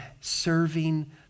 serving